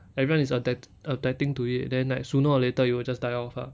everyone is that adapt~ adapting to it then like sooner or later it will just die of ah